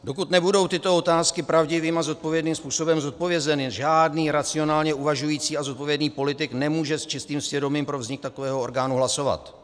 Dokud nebudou tyto otázky pravdivým a zodpovědným způsobem zodpovězeny, žádný racionálně uvažující a zodpovědný politik nemůže s čistým svědomím pro vznik takového orgánu hlasovat.